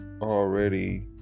already